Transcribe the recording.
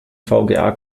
vga